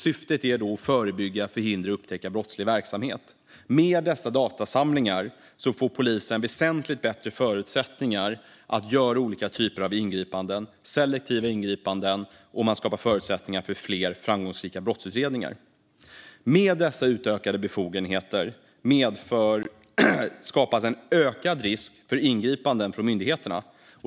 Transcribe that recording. Syftet är att förebygga, förhindra och upptäcka brottslig verksamhet. Med dessa datasamlingar får polisen väsentligt bättre förutsättningar att göra olika typer av selektiva ingripanden, och man skapar förutsättningar för fler framgångsrika brottsutredningar. Med dessa utökade befogenheter skapas en ökad risk för ingripanden från myndigheterna.